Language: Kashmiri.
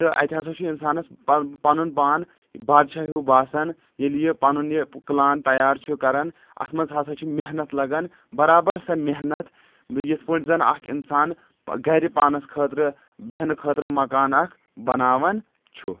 تہٕ اتہِ ہسا چھُ انسانس پہ پنُن پان بادشاہ ہیوٗ باسان ییٚلہِ یہِ پنُن یہِ کلان تیار چھُ کران اتھ منٛز ہسا چھ محنت لگان برابر سۄ محنت یتھ پٲٹھۍ زن اکھ انسان گرِ پانس خٲطرٕ بیہنہٕ خٲطرٕ مکان اکھ بناوان چھُ